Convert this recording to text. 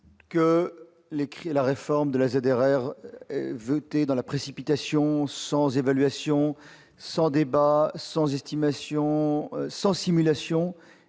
et la réforme de la derrière veut dans la précipitation, sans évaluation sans débat, sans estimation sans simulation